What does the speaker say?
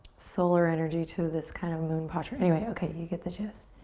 solar energy to this kind of moon posture. anyway, okay, you get the gist.